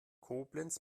koblenz